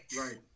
Right